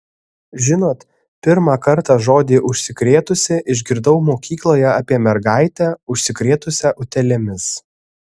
žinot pirmą kartą žodį užsikrėtusi išgirdau mokykloje apie mergaitę užsikrėtusią utėlėmis